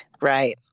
Right